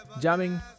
Jamming